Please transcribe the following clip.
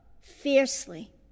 fiercely